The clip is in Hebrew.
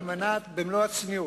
במלוא הצניעות,